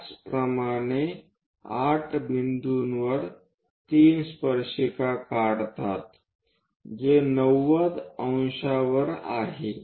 त्याचप्रमाणे 8 बिंदूवर 3 स्पर्शिका काढतात जे 90° वर आहे